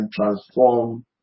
transform